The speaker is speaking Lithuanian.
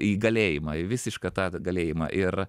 į galėjimą į visišką tą galėjimą ir